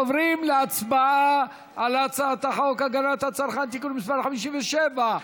עוברים להצבעה על הצעת חוק הגנת הצרכן (תיקון מס' 57),